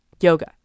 yoga